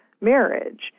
marriage